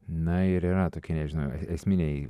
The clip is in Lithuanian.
na ir yra tokie nežinau esminiai